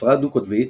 הפרעה דו-קוטבית,